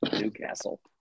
Newcastle